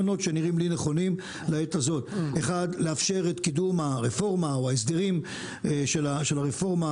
ראשית, לאפשר את קידום ההסדרים של הרפורמה.